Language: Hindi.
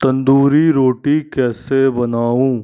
तंदूरी रोटी कैसे बनाऊँ